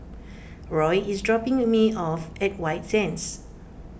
Roy is dropping me off at White Sands